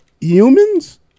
Humans